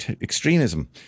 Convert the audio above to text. extremism